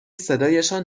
صدایشان